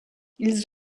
ils